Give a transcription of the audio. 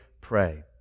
pray